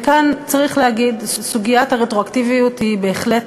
וכאן צריך להגיד: סוגיית הרטרואקטיביות בהחלט